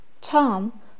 Tom